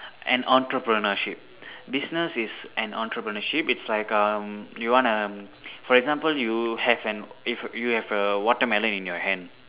an entrepreneurship business is an entrepreneurship it's like um you wanna um for example you have an if you have a watermelon in your hand